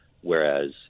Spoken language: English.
whereas